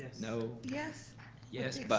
no? yes yes, but